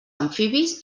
amfibis